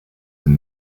and